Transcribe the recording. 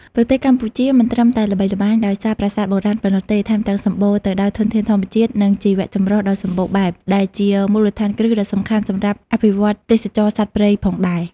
ប្រទេសកម្ពុជាមិនត្រឹមតែល្បីល្បាញដោយសារប្រាសាទបុរាណប៉ុណ្ណោះទេ ថែមទាំងសម្បូរទៅដោយធនធានធម្មជាតិ និងជីវៈចម្រុះដ៏សម្បូរបែប ដែលជាមូលដ្ឋានគ្រឹះដ៏សំខាន់សម្រាប់អភិវឌ្ឍទេសចរណ៍សត្វព្រៃផងដែរ។